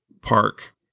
park